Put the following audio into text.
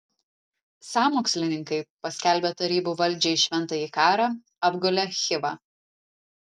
sąmokslininkai paskelbę tarybų valdžiai šventąjį karą apgulė chivą